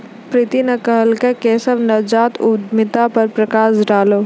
प्रीति न कहलकै केशव नवजात उद्यमिता पर प्रकाश डालौ